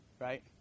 right